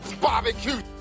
Barbecue